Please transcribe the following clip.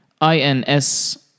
INS